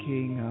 King